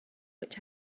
which